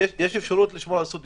תעבירו להם.